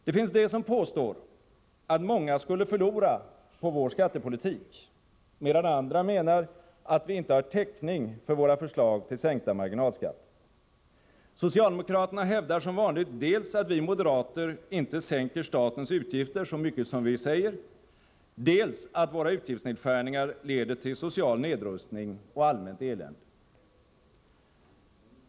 Det finns de som påstår att många skulle förlora på vår skattepolitik, medan andra menar att vi inte har täckning för våra förslag till sänkta marginalskatter. Socialdemokraterna hävdar som vanligt dels att vi moderater inte sänker statens utgifter så mycket som vi säger, dels att våra utgiftsnedskärningar leder till social nedrustning och allmänt elände.